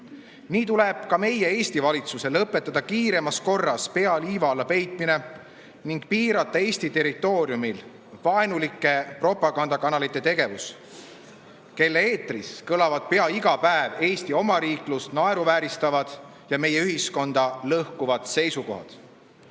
Nii tuleb ka meie, Eesti valitsusel lõpetada kiiremas korras pea liiva alla peitmine ning piirata Eesti territooriumil vaenulike propagandakanalite tegevust. Nende eetris kõlavad pea iga päev Eesti omariiklust naeruvääristavad ja meie ühiskonda lõhkuvad seisukohad.